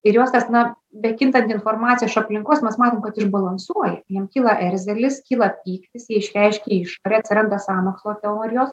ir juos tas na bekintant informacijai iš aplinkos mes matom kad išbalansuoja jiem kyla erzelis kyla pyktis jie išreiškia išorėj atsiranda sąmokslo teorijos